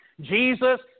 Jesus